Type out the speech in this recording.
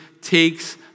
takes